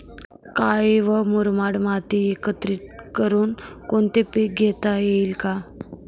काळी व मुरमाड माती एकत्रित करुन कोणते पीक घेता येईल का?